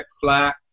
flat